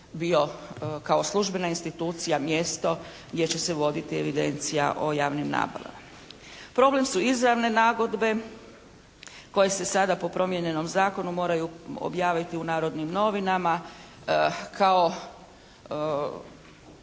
bio kao službena institucija mjesto gdje će se voditi evidencija o javnim nabavama. Problem su izravne nagodbe koje se sada po promijenjenom Zakonu moraju objaviti u Narodnim novinama kao,